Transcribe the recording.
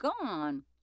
gone